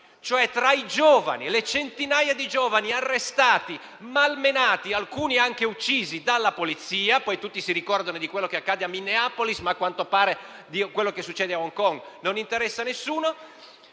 Centinaia di giovani sono stati arrestati, malmenati e alcuni anche uccisi dalla polizia. Tutti si ricordano di quello che è accaduto a Minneapolis, ma a quanto pare quello che succede a Hong Kong non interessa a nessuno.